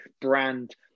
brand